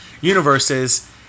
universes